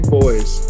boys